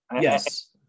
Yes